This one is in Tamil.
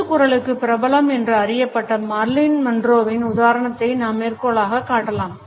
மூச்சுக் குரலுக்கு பிரபலம் என்று அறியப்பட்ட மர்லின் மன்ரோவின் உதாரணத்தை நாம் மேற்கோளாகக் காட்டலாம்